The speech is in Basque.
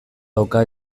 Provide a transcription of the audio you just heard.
dauka